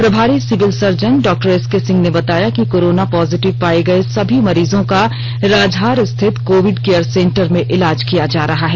प्रभारी civil surgeon डॉ SK Singh ने बताया कि कोरोना पॉजिटिव पाए गए सभी मरीजों को राजहार स्थित कोविड केयर सेंटर में इलाज किया जा रहा है